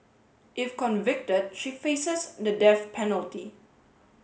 if convicted she faces the death penalty